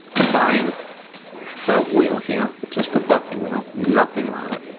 a fine felt wheel here, just a buffing wheel, nothing on it,